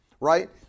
Right